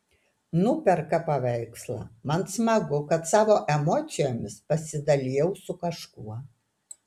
nuperka paveikslą man smagu kad savo emocijomis pasidalijau su kažkuo